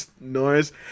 noise